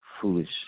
foolish